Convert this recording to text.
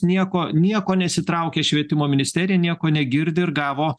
nieko nieko nesitraukia švietimo ministerija nieko negirdi ir gavo